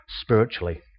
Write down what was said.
spiritually